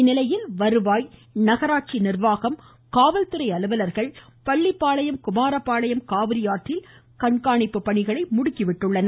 இந்நிலையில் வருவாய் நகராட்சி நிர்வாகம் காவல்துறை அலுவலர்கள் பள்ளி பாளையம் குமாரபாளையம் காவிரி ஆற்றில் கண்காணிப்பு பணிகளை முடுக்கிவிட்டுள்ளனர்